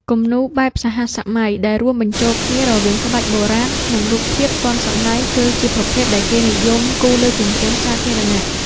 គំនូរ បែបសហសម័យ ដែលរួមបញ្ចូលគ្នារវាងក្បាច់បុរាណ និងរូបភាពទាន់សម័យ គឺជាប្រភេទដែលគេនិយមគូរលើជញ្ជាំងសាធារណៈ។